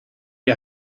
you